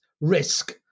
risk